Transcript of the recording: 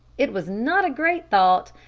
it was not a great thought,